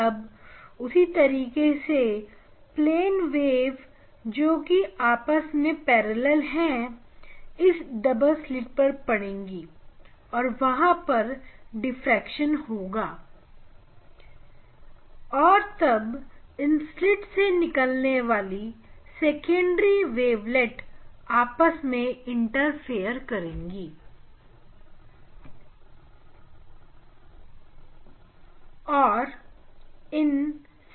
अब उसी तरीके से प्लेन वेव जो की आपस में पैरेलल है इस डबल स्लिट पर पड़ेगी और वहां पर डिफ्रेक्शन होगा और तब इन स्लिट से निकलने वाले सेकेंड्री वेवलेट आपस में इंटरफेस करेंगे